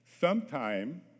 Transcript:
Sometime